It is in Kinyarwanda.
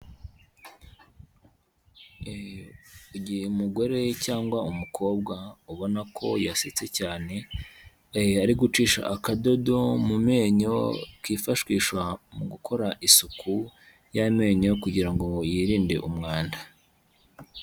Igihe umugore cyangwa umukobwa ubona ko yasetse cyane, ari gucisha akadodo mu menyo kifashishwa mu gukora isuku y'amenyo kugira ngo yirinde umwanda.